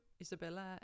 Isabella